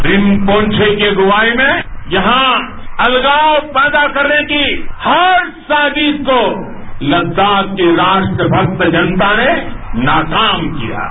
रिनपॉठे की अगुवाई में यहां अलगाव पैदा करने की हर साजिश को लहाख की राष्ट्रभक्त जनता ने नाकाम किया है